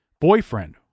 boyfriend